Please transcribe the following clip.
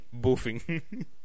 Boofing